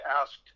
asked